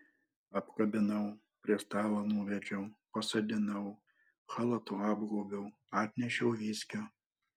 apkabinau prie stalo nuvedžiau pasodinau chalatu apgaubiau atnešiau viskio